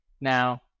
now